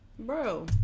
Bro